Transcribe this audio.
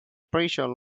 preacher